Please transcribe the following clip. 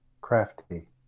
Crafty